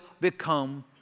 become